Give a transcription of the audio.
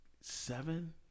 seven